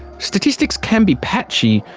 statistics can be patchy,